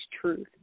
truth